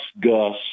Gus